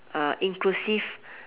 uh inclusive